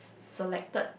selected